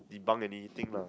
debunk anything lah